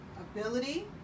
Ability